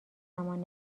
زمان